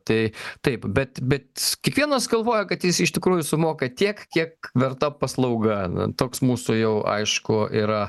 tai taip bet bet kiekvienas galvoja kad jis iš tikrųjų sumoka tiek kiek verta paslauga na toks mūsų jau aišku yra